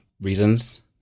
reasons